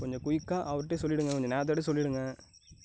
கொஞ்சம் குயிக்காக அவருகிட்டையும் சொல்லிடுங்க கொஞ்சம் நேரத்தோடையும் சொல்லிடுங்க